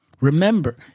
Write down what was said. Remember